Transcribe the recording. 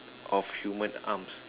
of human arms